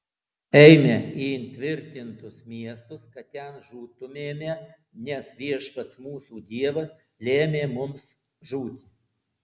eime į įtvirtintus miestus kad ten žūtumėme nes viešpats mūsų dievas lėmė mums žūti